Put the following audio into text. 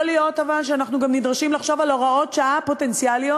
אבל יכול להיות שאנחנו גם נדרשים לחשוב על הוראות שעה פוטנציאליות,